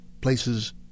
places